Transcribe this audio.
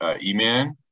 E-Man